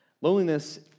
Loneliness